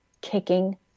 kicking